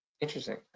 Interesting